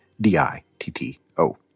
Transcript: D-I-T-T-O